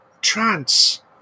Trance